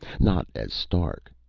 not as stark,